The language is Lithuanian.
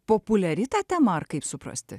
populiari ta tema ar kaip suprasti